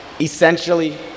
Essentially